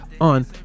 on